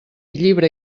llibre